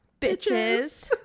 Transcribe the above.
bitches